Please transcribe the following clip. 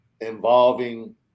involving